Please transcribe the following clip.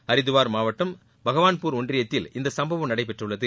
ஹரித்துவார் மாவட்டம் பகவான்பூர் ஒன்றியத்தில் இந்தசம்பவம் நடைபெற்றுள்ளது